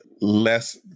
less